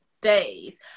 days